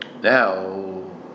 now